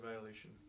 violation